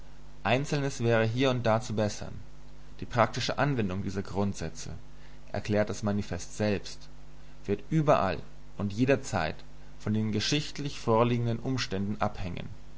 einzelnes wäre hier und da zu bessern die praktische anwendung dieser grundsätze erklärt das manifest selbst wird überall und jederzeit von den geschichtlich vorliegenden umständen abhängen